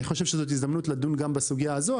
אני חושב שזאת הזדמנות לדון גם בסוגיה הזו,